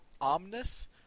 Omnis